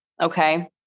Okay